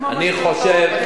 אני חושב, מה עם המשכנתאות?